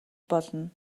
болно